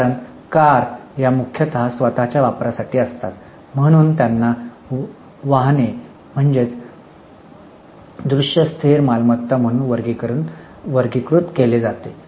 कारण कार या मुख्यतः स्वत च्या वापरासाठी असतात म्हणून त्यांना वाहने म्हणून मूर्त स्थिर मालमत्ता म्हणून वर्गीकृत केले जाते